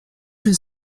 que